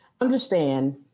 understand